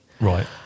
Right